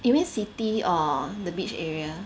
you went city or the beach area